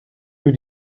für